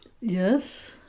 yes